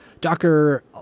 Docker